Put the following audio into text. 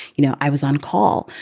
you know, i was on call.